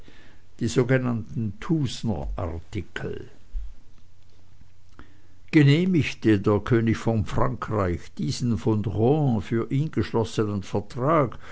die sogenannten thusnerartikel genehmigte der könig von frankreich diesen von rohan für ihn geschlossenen vertrag